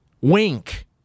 wink